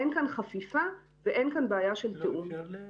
אין כאן חפיפה ואין כאן בעיה של תיאום.